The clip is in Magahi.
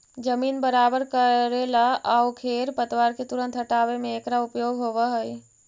जमीन बराबर कऽरेला आउ खेर पतवार के तुरंत हँटावे में एकरा उपयोग होवऽ हई